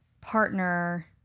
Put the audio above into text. partner